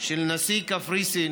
של נשיא קפריסין